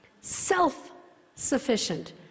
self-sufficient